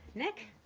nick,